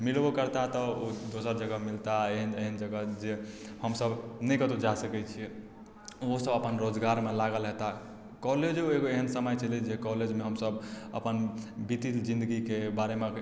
मिलबो करताह तऽ ओ दोसर जगह मिलताह एहन एहन जगह जे हम सब ने कतहु जा सकय छियै ओहो सब अपन रोजगारमे लागल हेताह कॉलेजो एगो एहन समय छलै जे कॉलेजमे हमसब अपन व्यतित जिन्दगीके बारेमे